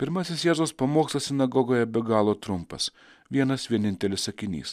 pirmasis jėzaus pamokslas sinagogoje be galo trumpas vienas vienintelis sakinys